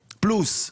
פלוס.